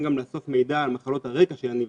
גם לעשות מחקר על מחלות הרקע של הנבדקים.